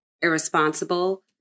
irresponsible